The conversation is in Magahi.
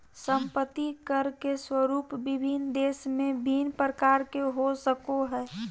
संपत्ति कर के स्वरूप विभिन्न देश में भिन्न प्रकार के हो सको हइ